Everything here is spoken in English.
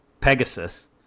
Pegasus